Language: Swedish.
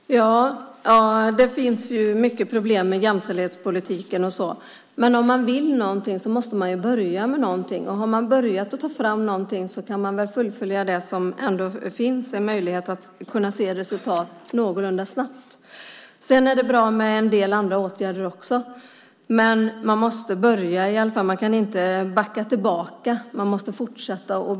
Fru talman! Visst finns det mycket problem med jämställdhetspolitiken, men om man vill någonting måste man ju börja med någonting. Och har man börjat med att ta fram någonting kan man väl också fullfölja det eftersom det då finns en möjlighet att se resultat någorlunda snabbt. Sedan är det bra med en del andra åtgärder också, men man måste i alla fall börja någonstans. Man kan inte backa. Man måste fortsätta.